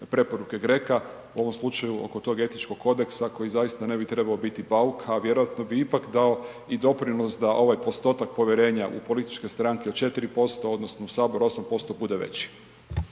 preporuke GRECO-a u ovom slučaju oko tog etičkog kodeksa koji zaista ne bi trebao biti bauk, a vjerojatno bi ipak dao i doprinos da ovaj postotak povjerenja u političke stranke od 4% u sabor od 8% bude veći.